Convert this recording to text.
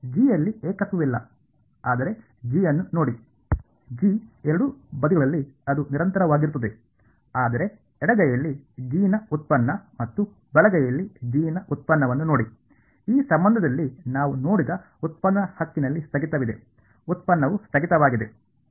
G ಯಲ್ಲಿ ಏಕತ್ವವಿಲ್ಲ ಆದರೆ ಜಿ ಅನ್ನು ನೋಡಿ ಜಿ ಎರಡೂ ಬದಿಗಳಲ್ಲಿ ಅದು ನಿರಂತರವಾಗಿರುತ್ತದೆ ಆದರೆ ಎಡಗೈಯಲ್ಲಿ ಜಿ ನ ಉತ್ಪನ್ನ ಮತ್ತು ಬಲಗೈಯಲ್ಲಿ ಜಿ ಉತ್ಪನ್ನವನ್ನು ನೋಡಿ ಈ ಸಂಬಂಧದಲ್ಲಿ ನಾವು ನೋಡಿದ ಉತ್ಪನ್ನ ಹಕ್ಕಿನಲ್ಲಿ ಸ್ಥಗಿತವಿದೆ ಉತ್ಪನ್ನವು ಸ್ಥಗಿತವಾಗಿದೆ